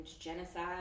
genocide